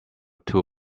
too